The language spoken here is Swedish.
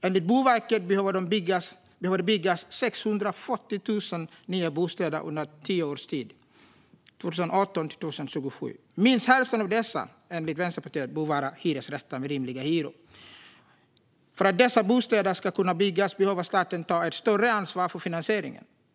Enligt Boverket behöver det byggas 640 000 nya bostäder under tio års tid, 2018-2027. Minst hälften av dessa bör enligt Vänsterpartiet vara hyresrätter med rimliga hyror. För att dessa bostäder ska kunna byggas behöver staten ta ett större ansvar för finansieringen.